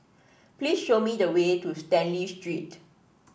please show me the way to Stanley Street